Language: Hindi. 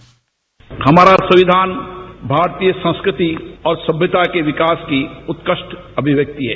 बाइट हमारा संविधान भारतीय संस्कृति और सभ्यवता के विकास की उत्कृष्ट अभिव्यक्ति है